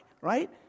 right